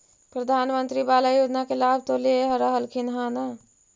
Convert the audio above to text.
प्रधानमंत्री बाला योजना के लाभ तो ले रहल्खिन ह न?